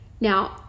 Now